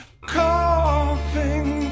Coughing